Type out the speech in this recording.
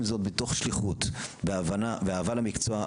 זאת מתוך שליחות והבנה ואהבה למקצוע,